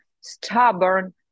stubborn